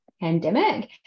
pandemic